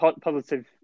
positive